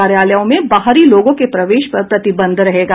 कार्यालयों में बाहरी लोगों के प्रवेश पर प्रतिबंध रहेगा